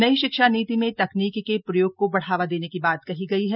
नई शिक्षा नीति में तकनीक के प्रयोग को बढ़ावा देने की बात कही गई है